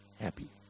happy